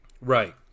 right